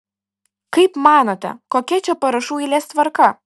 kaip manote kokia čia parašų eilės tvarka